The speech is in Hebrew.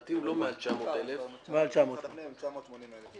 לדעתי הוא לא מעל 900 אלף --- 980 אלף.